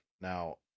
Now